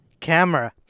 Camera